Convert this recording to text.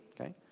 okay